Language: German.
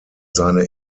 seine